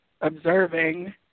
observing